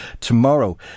tomorrow